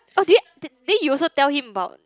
oh they they you also tell him about